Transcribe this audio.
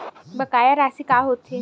बकाया राशि का होथे?